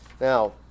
Now